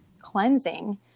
cleansing